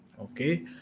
Okay